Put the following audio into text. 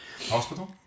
hospital